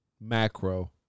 macro